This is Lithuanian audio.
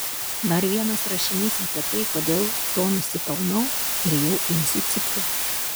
dar vienas rašinys apie tai kodėl to nusipelnau ir jau imsiu cypti